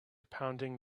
pounding